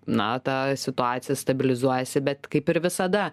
na ta situacija stabilizuojasi bet kaip ir visada